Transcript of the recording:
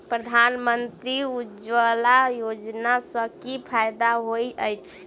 प्रधानमंत्री उज्जवला योजना सँ की फायदा होइत अछि?